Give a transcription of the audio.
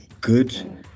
good